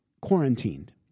quarantined